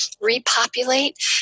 repopulate